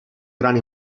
gran